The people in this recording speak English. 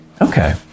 Okay